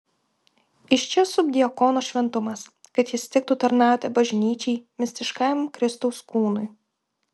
iš čia subdiakono šventumas kad jis tiktų tarnauti bažnyčiai mistiškajam kristaus kūnui